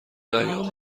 ایام